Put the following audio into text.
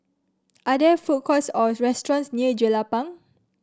are there food courts or restaurants near Jelapang